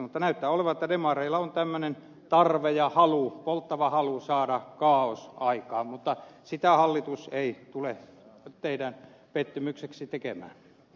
mutta näyttää olevan että demareilla on tämmöinen tarve ja polttava halua saada kaaos aikaan mutta sitä hallitus ei tule teidän pettymykseksenne tekemään